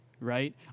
Right